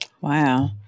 Wow